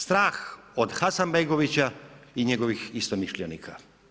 Strah od Hasanbegovića i njegovih istomišljenika.